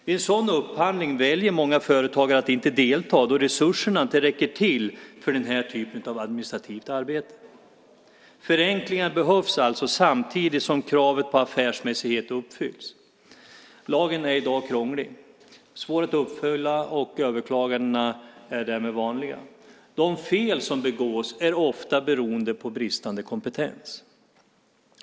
Vid en sådan upphandling väljer många företagare att inte delta, då resurserna inte räcker till för den här typen av administrativt arbete. Förenklingar behövs alltså, samtidigt som kravet på affärsmässighet uppfylls. Lagen är i dag krånglig och svår att uppfylla. Överklagandena är därmed vanliga. De fel som begås är ofta beroende på bristande kompetens.